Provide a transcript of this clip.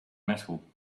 metal